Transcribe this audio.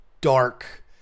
dark